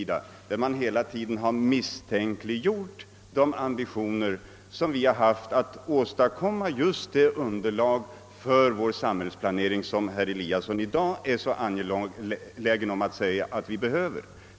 Där har man hela tiden misstänkliggjort våra ambitioner att skapa det undelag för samhällsplanering som herr Eliasson i dag säger att vi behöver.